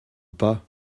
pas